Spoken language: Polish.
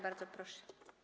Bardzo proszę.